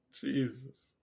Jesus